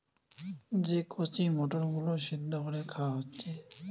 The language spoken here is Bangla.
যে কচি মটর গুলো সিদ্ধ কোরে খাওয়া হচ্ছে